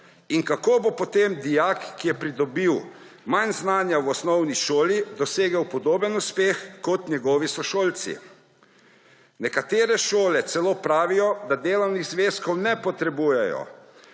Kako bo potem dijak, ki je pridobil manj znanja v osnovni šoli, dosegel podoben uspeh kot njegovi sošolci? Nekatere šole celo pravijo, da delovnih zvezkov ne potrebujejo.